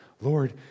Lord